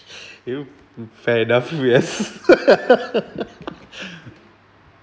you fair enough we has